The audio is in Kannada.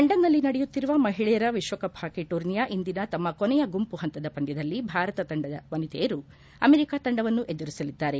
ಲಂಡನ್ನಲ್ಲಿ ನಡೆಯುತ್ತಿರುವ ಮಹಿಳೆಯರ ವಿಶ್ವಕವ್ ಹಾಕಿ ಟೂರ್ನಿಯ ಇಂದಿನ ತಮ್ಮ ಕೊನೆಯ ಗುಂಮ ಹಂತದ ಪಂದ್ದದಲ್ಲಿ ಭಾರತ ತಂಡದ ವನಿತೆಯರು ಅಮೆರಿಕ ತಂಡವನ್ನು ಎದುರಿಸಲಿದ್ದಾರೆ